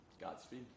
Godspeed